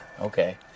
Okay